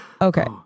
Okay